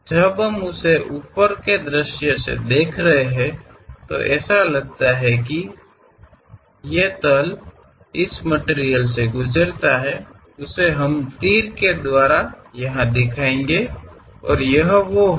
ನಾವು ಉನ್ನತ ದೃಷ್ಟಿಕೋನದಿಂದ ನೋಡುತ್ತಿರುವಾಗ ನಾವು ನೀಡುವ ಕೆಲವು ಬಾಣ ಪ್ರಾತಿನಿಧ್ಯದೊಂದಿಗೆ ಈ ವಸ್ತುವಿನ ಮೂಲಕ ಹಾದುಹೋಗುವ ಸಮತಲ ಎಂದು ತೋರುತ್ತಿದೆ